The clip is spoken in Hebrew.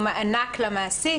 אלא כמענק למעסיק,